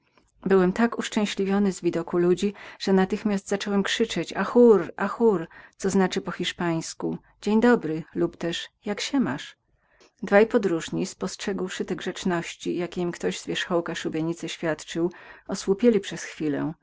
byłem tak uszczęśliwiony z widoku ludzi że natychmiast zacząłem krzyczeć agour agour co znaczy po hiszpańsku dzień dobry lub też jak się masz dwaj podróżni spostrzegłszy te grzeczności jakie im ktoś z wierzchu szubienicy oświadczał osłupieli przez chwilę